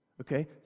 Okay